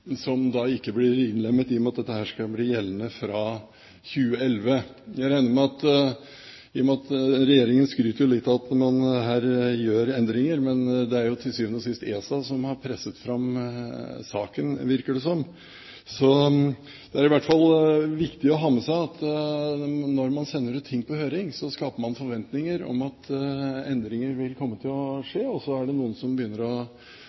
som ikke blir innlemmet, i og med at dette skal bli gjeldende fra 2011. Regjeringen skryter litt av at man her gjør endringer, men det er jo ESA som til syvende og sist har presset fram saken, virker det som. Det er i hvert fall viktig å ha med seg at når man sender ut ting på høring, skaper man forventninger om at endringer vil komme til å skje. Så er det noen som allerede begynner å